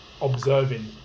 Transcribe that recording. observing